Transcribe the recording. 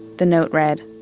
the note read,